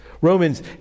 Romans